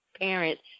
parents